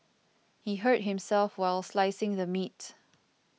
he hurt himself while slicing the meat